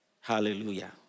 Hallelujah